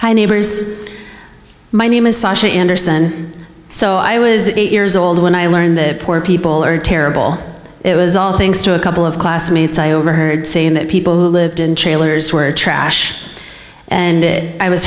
high neighbors my name is anderson so i was eight years old when i learned that poor people are terrible it was all things to a couple of classmates i overheard saying that people who lived in jail or years were trash and i was